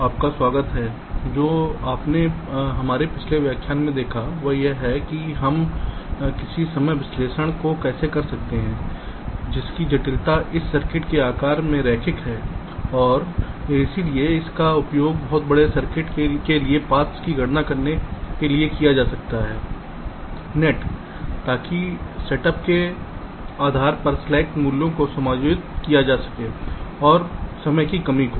तो आपका स्वागत है जो आपने हमारे पिछले व्याख्यानों में देखा है वह यह है कि हम कुछ समय विश्लेषण कैसे कर सकते हैं जिसकी जटिलता इस सर्किट के आकार में रैखिक है और इसलिए इसका उपयोग बहुत बड़े सर्किट के लिए पाथ्स की गणना करने के लिए किया जा सकता है जाल ताकि सेटअप के आधार पर स्लैक मूल्यों को समायोजित किया जा सके और समय की कमी हो